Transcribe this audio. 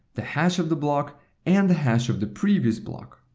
the hash of the block and the hash of the previous block.